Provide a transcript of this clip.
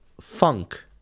funk